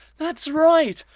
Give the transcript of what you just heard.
that's right.